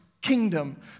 kingdom